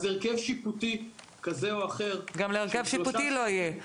אז הרכב שיפוטי כזה או אחר גם להרכב שיפוטי לא יהיה,